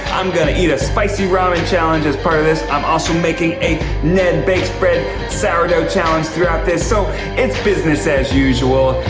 i'm gonna eat a spicy rogan challenge as part of this. i'm also making a ned bakes bread sour dough challenge throughout this so it's business as usual.